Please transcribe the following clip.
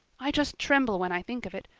i just tremble when i think of it,